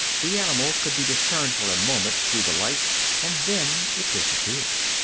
the animal could be discerned for a moment through the light and then it disappeared.